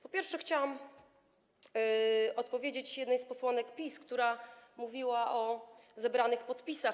Po pierwsze chciałam odpowiedzieć jednej z posłanek PiS, która mówiła o zebranych podpisach.